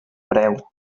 preu